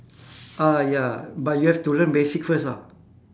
ah ya but you have to learn basic first ah